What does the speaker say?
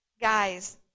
Guys